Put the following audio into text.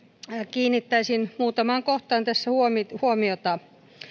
kiinnittäisin muutamaan kohtaan tässä huomiota